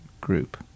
group